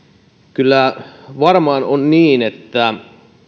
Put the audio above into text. kyllä varmaan on niin että silloin